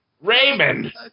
Raymond